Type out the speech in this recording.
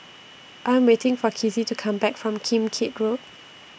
I Am waiting For Kizzy to Come Back from Kim Keat Road